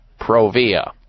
Provia